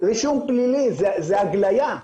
רישום פלילי זה הגלייה.